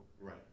Right